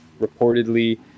reportedly